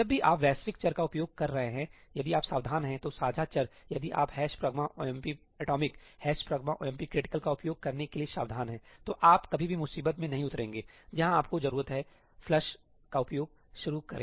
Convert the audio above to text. जब भी आप वैश्विक चर का उपयोग कर रहे हैं यदि आप सावधान हैं तो साझा चर यदि आप ' pragma omp atomic" pragma omp critical' का उपयोग करने के लिए सावधान हैं सही तो आप कभी भी मुसीबत में नहीं उतरेंगे जहां आपको जरूरत है फ्लश का उपयोग शुरू करें